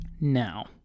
Now